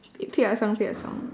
pick pick a song pick a song